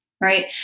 right